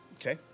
Okay